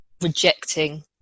rejecting